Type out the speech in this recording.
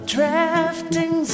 Drafting